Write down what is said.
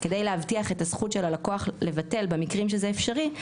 אז כדי להבטיח את הזכות של הלקוח לבטל במקרים שזה אפשרי,